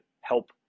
help